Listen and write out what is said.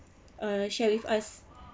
err share with us